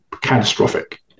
catastrophic